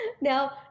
Now